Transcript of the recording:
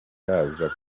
yaza